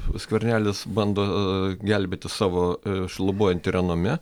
skvernelis bando gelbėti savo šlubuojantį renomė